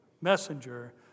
messenger